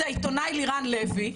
זה העיתונאי לירן לוי,